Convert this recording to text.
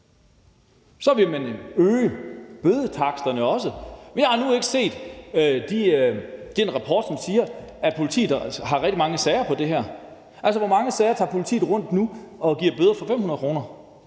Så vil man også øge bødetaksterne. Men jeg har endnu ikke set en rapport, som siger, at politiet har rigtig mange sager om det her. Altså, i hvor mange tilfælde tager politiet rundt nu og giver bøder for 500 kr.?